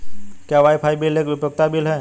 क्या wifi bill एक उपयोगिता बिल है?